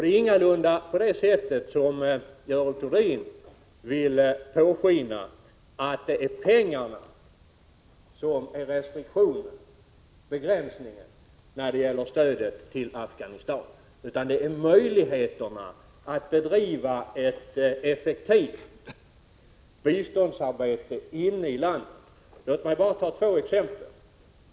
Det är ingalunda så, som Görel Thurdin vill låta påskina, att det är pengarna som är begränsningen när det gäller stödet till Afghanistan, utan det är möjligheterna att bedriva ett effektivt biståndsarbete inne i landet. Låt mig ta två exempel.